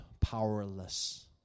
powerless